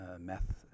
meth